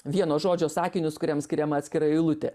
vieno žodžio sakinius kuriem skiriama atskira eilutė